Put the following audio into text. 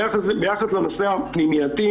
ביחס לנושא הפנימייה,